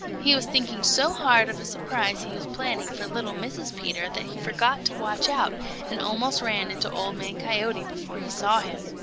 he was thinking so hard of a surprise he was planning for little mrs. peter that he forgot to watch out and almost ran into old man coyote before he saw him.